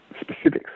specifics